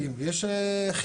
אנחנו שוב אומרים,